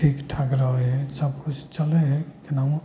ठीकठाक रहै हइ सब किछु चलै हइ केनाहु